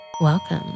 welcome